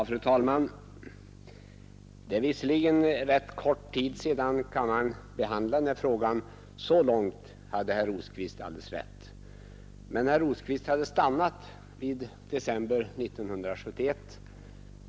Fru talman! Det är visserligen rätt kort tid sedan kammaren behandlade den här frågan — så långt har herr Rosqvist alldeles rätt — men herr Rosqvist stannade vid december 1971.